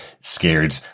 scared